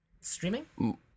streaming